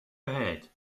ahead